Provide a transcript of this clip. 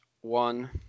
one